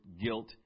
guilt